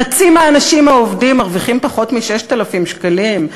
חצי מהאנשים העובדים מרוויחים פחות מ-6,000 שקלים,